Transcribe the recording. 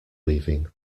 weaving